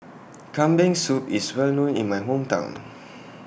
Kambing Soup IS Well known in My Hometown